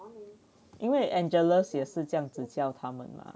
因为 angela 也是这样子叫他们吗